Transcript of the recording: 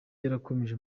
yarakomeje